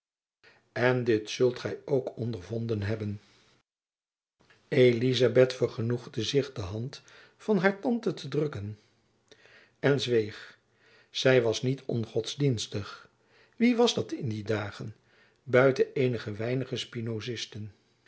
en dit zult gy ook ondervonden hebben elizabeth vergenoegde zich de hand van haar tante te drukken en zweeg zy was niet ongodsdienstig wie was dat in die dagen buiten eenige weinige